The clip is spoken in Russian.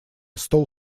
стол